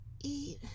eat